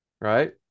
Right